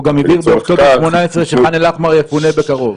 הוא גם הבהיר באוקטובר 2018 שח'אן אל-אחמר יפונה בקרוב